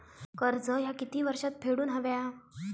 कर्ज ह्या किती वर्षात फेडून हव्या?